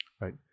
Right